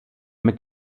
mit